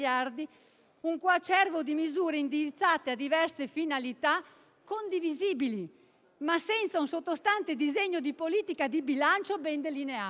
un coacervo di misure indirizzate a diverse finalità condivisibili, ma senza un sottostante disegno di politica di bilancio ben delineato.